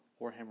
Warhammer